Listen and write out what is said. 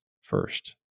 first